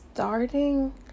Starting